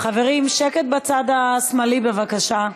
שקט בצד השמאלי, בבקשה.